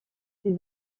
ses